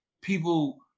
people